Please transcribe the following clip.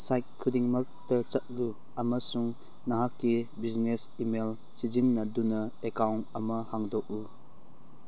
side ꯈꯨꯗꯤꯡꯃꯛꯇ ꯆꯠꯂꯨ ꯑꯃꯁꯨꯡ ꯅꯍꯥꯛꯀꯤ ꯕꯤꯖꯤꯅꯦꯁ ꯏꯃꯦꯜ ꯁꯤꯖꯤꯟꯅꯗꯨꯅ ꯑꯦꯛꯀꯥꯎꯟ ꯑꯃ ꯍꯥꯡꯗꯣꯛꯎ